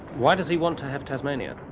why does he want to have tasmania?